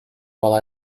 while